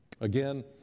Again